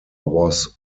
was